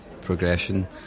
progression